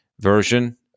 version